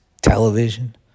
television